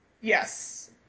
yes